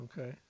Okay